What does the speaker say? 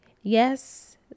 Yes